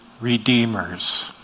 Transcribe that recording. redeemers